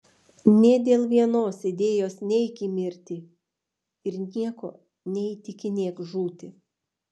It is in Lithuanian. nė dėl vienos idėjos neik į mirtį ir nieko neįtikinėk žūti